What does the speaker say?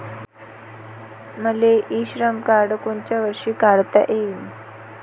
मले e Shram card कोनच्या वर्षी काढता येईन?